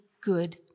good